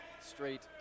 straight